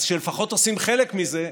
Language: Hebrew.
אז כשלפחות עושים חלק מזה,